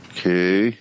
Okay